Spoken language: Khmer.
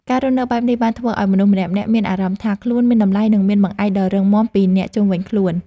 ការរស់នៅបែបនេះបានធ្វើឱ្យមនុស្សម្នាក់ៗមានអារម្មណ៍ថា ខ្លួនមានតម្លៃនិងមានបង្អែកដ៏រឹងមាំពីអ្នកជុំវិញខ្លួន។